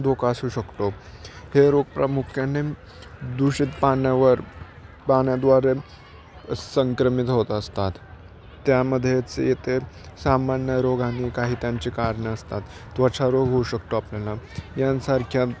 धोका असू शकतो हे रोग प्रामुख्याने दूषित पाण्यावर पाण्याद्वारे संक्रमित होत असतात त्यामध्येच येथे सामान्य रोग आणि काही त्यांचे कारणे असतात त्वचा रोग होऊ शकतो आपल्याला यांसारख्या